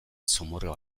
zomorro